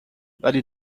ولی